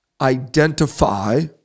identify